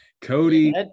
Cody